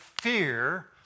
fear